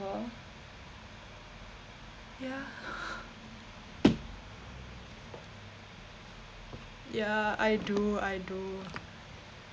ya ya I do I do